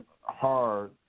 hard